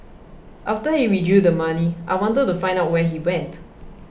after he withdrew the money I wanted to find out where he went